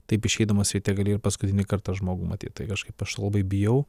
taip išeidamas ryte gali ir paskutinį kartą žmogų matyt kažkaip aš labai bijau